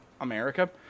America